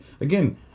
Again